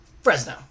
Fresno